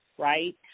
right